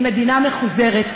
היא מדינה מחוזרת,